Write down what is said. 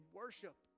worship